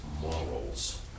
morals